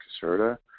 Caserta